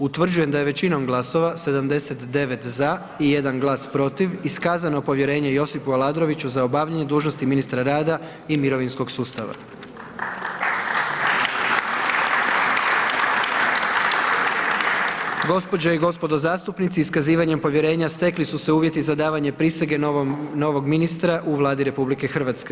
Utvrđujem da je većinom glasova, 79 za i 1 glas protiv iskazano povjerenje Josipu Aladroviću za obavljanje dužnosti ministra rada i mirovinskog sustava. Gospođe i gospodo zastupnici, iskazivanjem povjerenja stekli su se uvjeti za davanje prisege novog ministra u Vladi RH.